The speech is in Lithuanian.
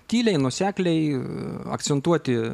tyliai nuosekliai akcentuoti